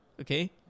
Okay